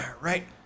right